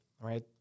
right